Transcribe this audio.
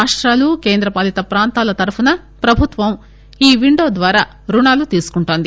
రాష్టాలు కేంద్ర పాలిత ప్రాంతాల తరపున ప్రభుత్వం ఈ విండో ద్వారా రుణాలు తీసుకుంటోంది